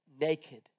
naked